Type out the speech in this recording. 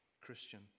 Christian